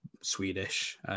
Swedish